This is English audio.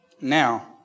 Now